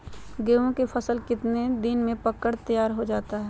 गेंहू के फसल कितने दिन में पक कर तैयार हो जाता है